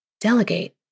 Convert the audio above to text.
delegate